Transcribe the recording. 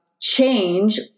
Change